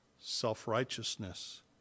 self-righteousness